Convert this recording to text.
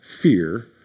fear